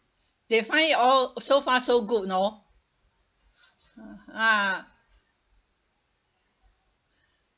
they find it all so far so good know ah